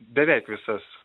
beveik visas